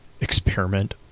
experiment